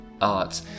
Art